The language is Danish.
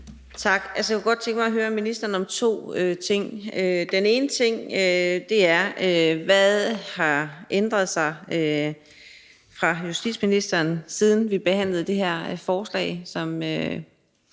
Tak. Jeg kunne godt tænke mig at høre ministeren om to ting. Den ene ting er, hvad der har ændret sig for justitsministeren, siden vi behandlede det forslag, som